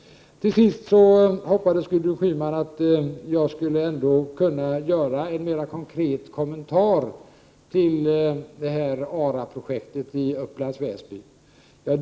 Till sist hoppades Gudrun Schyman att jag ändå skulle kunna göra en mer konkret kommentar till ARA-projektet i Upplands Väsby.